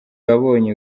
yabonye